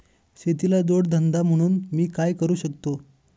शेतीला जोड धंदा म्हणून मी काय करु शकतो?